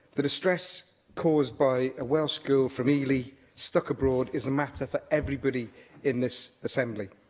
the distress caused by a welsh girl from ely stuck abroad is a matter for everybody in this assembly.